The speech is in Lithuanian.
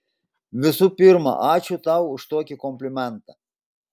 visų pirma ačiū tau už tokį komplimentą